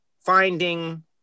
finding